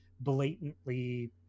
blatantly